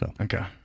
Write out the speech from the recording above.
Okay